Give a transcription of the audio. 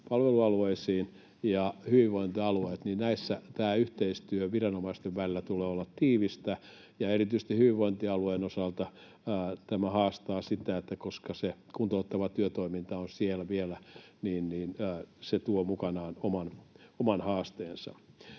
työvoimapalvelualueisiin — ja hyvinvointialueitten välillä. Tämän yhteistyön viranomaisten välillä tulee olla tiivistä. Erityisesti hyvinvointialueen osalta se, että kuntouttava työtoiminta on siellä vielä, tuo mukanaan oman haasteensa.